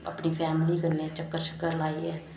अपनी फैमिली कन्नै चक्कर लाइयै